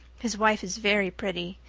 his wife is very pretty.